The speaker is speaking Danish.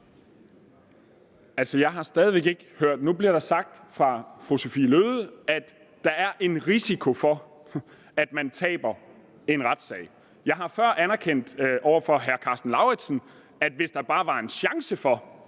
der sagt af fru Sophie Løhde, at der er en risiko for, at man taber en retssag. Jeg har før erkendt over for hr. Karsten Lauritzen, at hvis der bare var en chance for,